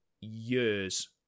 years